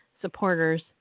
supporters